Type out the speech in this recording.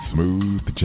Smooth